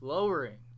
Lowering